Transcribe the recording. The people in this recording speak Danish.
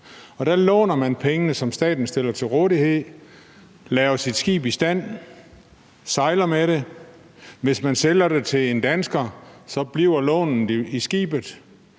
og der låner man pengene, som staten stiller til rådighed, sætter sit skib i stand, sejler med det, og hvis man sælger det til en dansker, bliver lånet i skibet,